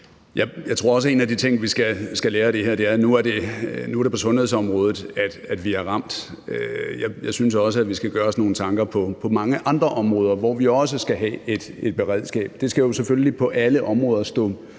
Jeg tror også, at en af de ting, vi skal lære af det her, er, at nu er det på sundhedsområdet, vi er ramt – jeg synes også, at vi skal gøre os nogle tanker på mange andre områder, hvor vi også skal have et beredskab. Det skal jo selvfølgelig på alle områder stå